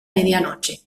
medianoche